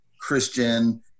Christian